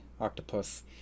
octopus